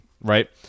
right